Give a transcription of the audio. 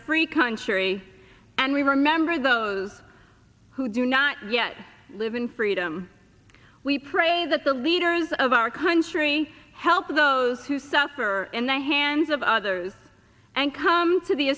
free country and remember those who do not yet live in freedom we pray that the leaders of our kind three help those who suffer in the hands of others and come to the